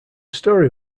story